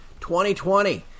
2020